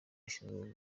ashinzwe